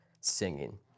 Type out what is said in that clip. singing